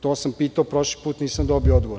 To sam pitao prošli put, nisam dobio odgovor.